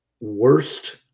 worst